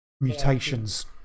mutations